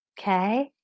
Okay